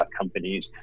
companies